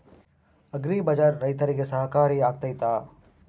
Agri ಬಜಾರ್ ರೈತರಿಗೆ ಸಹಕಾರಿ ಆಗ್ತೈತಾ?